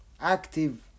Active